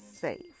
safe